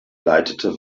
leitete